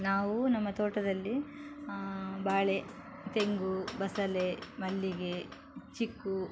ನಾವು ನಮ್ಮ ತೋಟದಲ್ಲಿ ಬಾಳೆ ತೆಂಗು ಬಸಳೆ ಮಲ್ಲಿಗೆ ಚಿಕ್ಕು